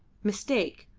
mistake,